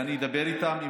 ואני אדבר איתם,